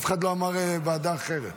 אף אחד לא אמר ועדה אחרת.